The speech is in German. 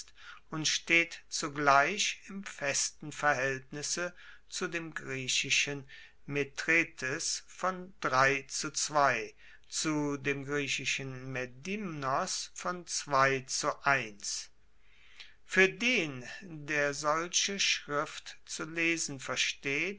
und steht zugleich im festen verhaeltnisse zu dem griechischen metretes von zu dem griechischen medimnos von fuer den der solche schrift zu lesen versteht